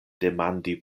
demandi